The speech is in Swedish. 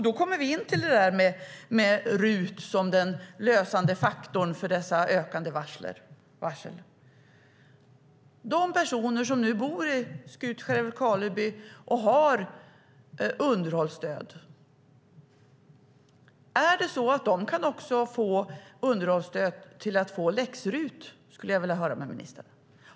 Då kommer vi in på detta med RUT som den förlösande faktorn för dessa ökade varsel. De personer som nu bor i Skutskär och Älvkarleby och har underhållsstöd, kan också de få underhållsstöd för att få läx-RUT? Det skulle jag vilja fråga ministern.